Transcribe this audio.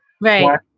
Right